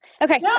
Okay